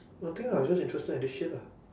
nothing lah I was just interested in this shit lah